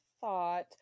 thought